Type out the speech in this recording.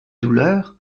douleur